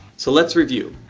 so let's review,